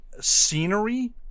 scenery